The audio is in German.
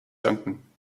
danken